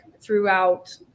throughout